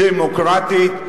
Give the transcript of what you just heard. דמוקרטית,